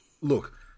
look